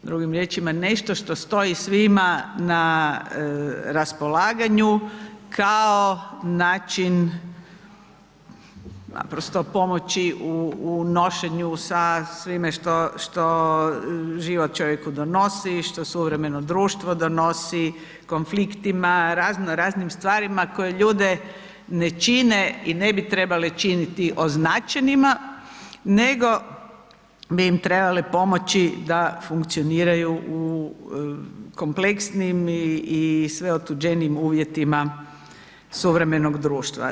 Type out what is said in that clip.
Drugim riječima nešto što stoji svima na raspolaganju kao način naprosto pomoći u nošenju sa svime što život čovjeku donosi, što suvremeno društvo donosi, konfliktima, razno raznim stvarima koje ljude ne čine i ne bi trebale činiti označenima nego bi im trebale pomoći da funkcioniraju u kompleksnijim i sve otuđenijim uvjetima suvremenog društva.